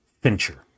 Fincher